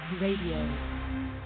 RADIO